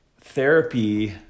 therapy